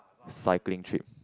cycling trip